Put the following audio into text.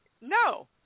no